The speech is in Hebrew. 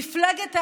מפלגת העבודה,